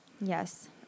Yes